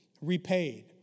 repaid